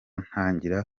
ntangira